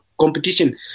competition